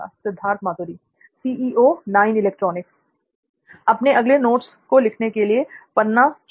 सिद्धार्थ मातुरी अपने अगले नोट्स को लिखने के लिए पन्ना चुनना